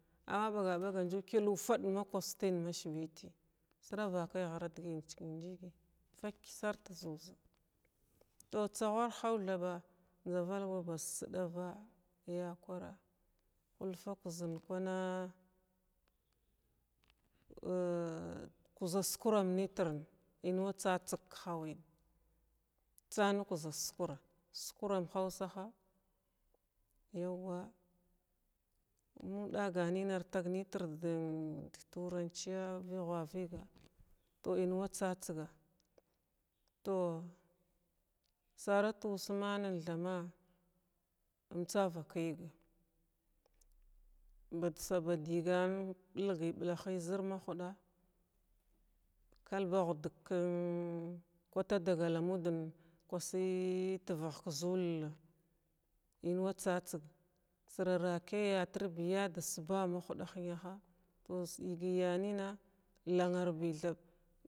Amma bagabag adʒu kyil ufad ma kostin ma shibiti sravakai hradgiti jikin jigi faky sart ʒuʒg to tsawhar hanthaba ndʒa valgwa baʒ sdava yakwarah hulfa kuʒn kwana a kuʒa skurn ammtrn inwa tsa tsg khauwin tsann kuʒa skura skuram hausaha yawa mgn daganim artagnitr d turan chiy viwha viga to in wa tsatsga to saratu usmann thaba um tsa vkyig badsava dyigana blgi blahi zrma huda kalbahu dg kn kwata dagalamudn kwasi tvh kʒulun in wa tsa tsg sra ra kai yatrbiya dasba ma huda hiyaha yigi ya nina llanarbi thaɓ